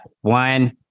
One